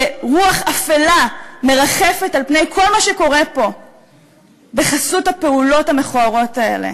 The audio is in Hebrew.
שרוח אפלה מרחפת על-פני כל מה שקורה פה בחסות הפעולות המכוערות האלה.